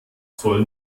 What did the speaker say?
soll